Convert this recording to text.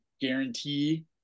guarantee